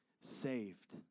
saved